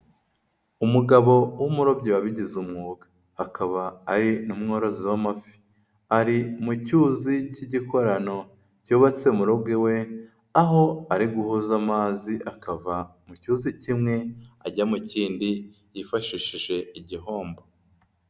Umugabo w'umurobyi wabigize umwuga akaba ari n'umworozi w'amafi, ari mu cyuzi cy'igikorano cyubatse mu ruge we, aho ari guhuza amazi akava mu cyuzi kimwe ajya mu kindi yifashishije igihombo.